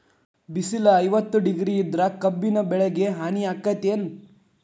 ಬಿಸಿಲ ಐವತ್ತ ಡಿಗ್ರಿ ಇದ್ರ ಕಬ್ಬಿನ ಬೆಳಿಗೆ ಹಾನಿ ಆಕೆತ್ತಿ ಏನ್?